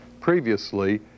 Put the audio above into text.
previously